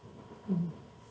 mm